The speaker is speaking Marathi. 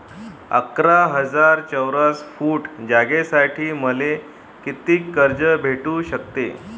अकरा हजार चौरस फुट जागेसाठी मले कितीक कर्ज भेटू शकते?